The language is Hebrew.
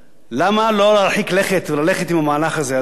למה לא להרחיק לכת וללכת עם המהלך הזה עד הסוף?